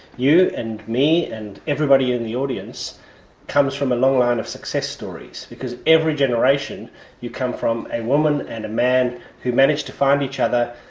you and me and everybody in the audience comes from a long line of success stories because every generation you come from a woman and a man who managed to find each other,